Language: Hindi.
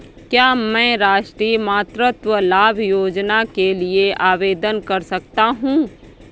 क्या मैं राष्ट्रीय मातृत्व लाभ योजना के लिए आवेदन कर सकता हूँ?